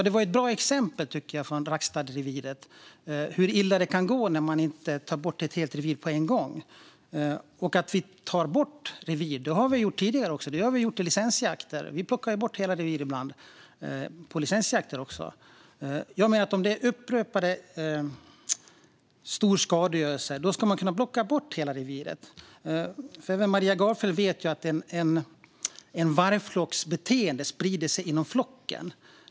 Det var ett bra exempel från Rackstadreviret om hur illa det kan gå när vi inte tar bort ett helt revir på en gång. Ta bort revir har vi gjort tidigare, exempelvis vid licensjakter. Vi plockar ibland bort hela revir. Jag menar att om det är fråga om upprepad stor skadegörelse ska man blocka bort hela reviret. Maria Gardfjell vet att en vargflocks beteende sprider sig inom flocken.